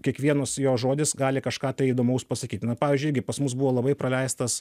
kiekvienas jo žodis gali kažką tai įdomaus pasakyti na pavyzdžiui irgi pas mus buvo labai praleistas